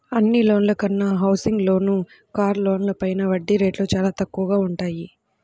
అన్ని లోన్ల కన్నా హౌసింగ్ లోన్లు, కారు లోన్లపైన వడ్డీ రేట్లు చానా తక్కువగా వుంటయ్యి